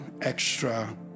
extra